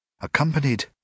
accompanied